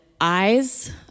eyes